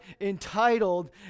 entitled